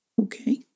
Okay